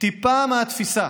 טיפה מהתפיסה